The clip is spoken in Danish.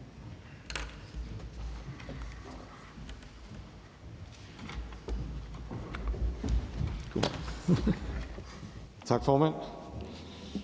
Tak, formand.